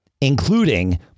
including